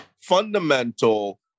fundamental